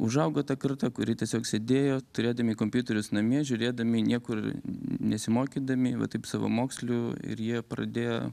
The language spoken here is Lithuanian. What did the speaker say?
užaugo ta karta kuri tiesiog sėdėjo turėdami kompiuterius namie žiūrėdami niekur nesimokydami va taip savamokslių ir jie pradėjo